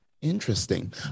interesting